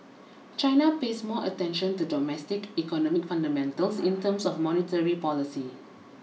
China pays more attention to domestic economic fundamentals in terms of monetary policy